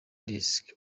disk